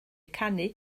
canu